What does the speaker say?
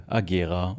agera